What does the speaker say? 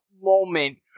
moment